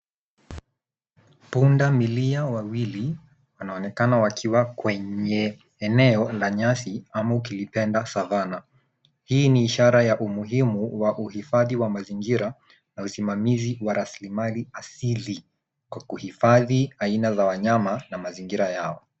Punda milia wawili wanaonekana wakiwa kwenye eneo la nyasi ama ukilipenda savannah . Hii ni ishara ya umuhimu wa uhifadhi wa mazingira na usimamizi wa rasilimali asili kwa kuhifadhi aina za wanyama na mazingira yao.